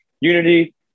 Unity